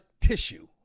tissue